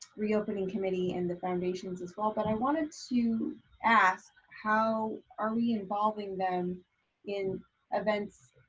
reopening committee and the foundations as well, but i wanted to ask how are we involving them in events?